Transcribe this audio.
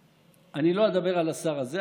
לא אדבר על השר הזה,